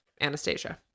Anastasia